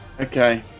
Okay